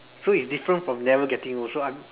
so it's different from never getting old so I'm